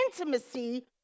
intimacy